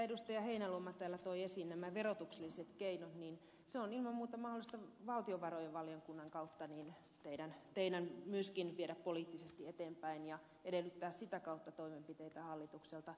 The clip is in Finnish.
heinäluoma täällä toi esiin nämä verotukselliset keinot niin se on ilman muuta mahdollista valtiovarainvaliokunnan kautta teidän myöskin viedä poliittisesti eteenpäin ja edellyttää sitä kautta toimenpiteitä hallitukselta